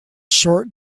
short